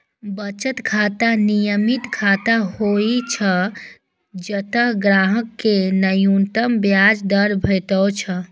बचत खाता नियमित खाता होइ छै, जतय ग्राहक कें न्यूनतम ब्याज दर भेटै छै